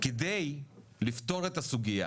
כדי לפתור את הסוגייה